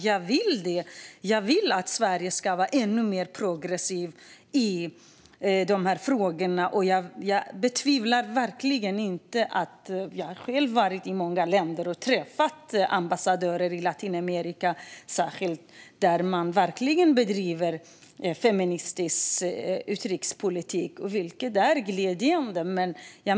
Jag vill att Sverige ska vara ännu mer progressivt i de här frågorna. Jag har själv varit i många länder, särskilt i Latinamerika, och träffat ambassadörer, och man driver verkligen en feministisk utrikespolitik, vilket är glädjande.